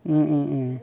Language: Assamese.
অঁ অঁ অঁ